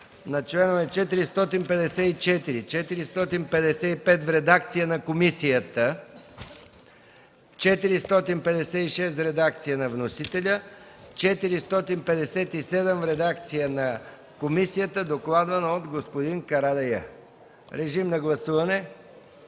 на членове 454, 455 – в редакция на комисията, 456 – в редакция на вносителя, 457 – в редакция на комисията, докладвана от господин Карадайъ. Моля, гласувайте.